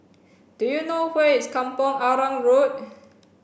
do you know where is Kampong Arang Road